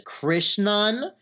Krishnan